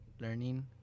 learning